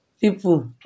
people